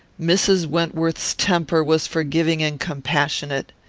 mrs. wentworth's temper was forgiving and compassionate.